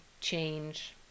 change